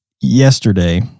yesterday